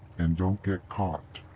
and don't get caught.